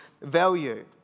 value